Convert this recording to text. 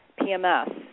PMS